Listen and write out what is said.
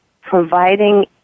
providing